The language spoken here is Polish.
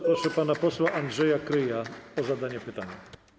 Proszę pana posła Andrzeja Kryja o zadanie pytania.